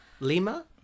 Lima